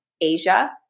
Asia